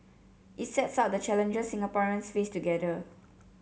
it sets out the challenges Singaporeans face together